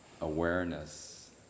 awareness